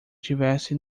estivesse